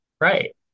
right